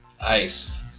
Ice